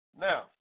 now